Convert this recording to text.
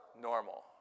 Normal